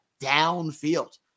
downfield